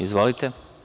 Izvolite.